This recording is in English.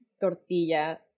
tortilla